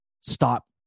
Stop